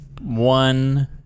one